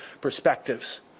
perspectives